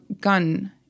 gun